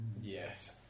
Yes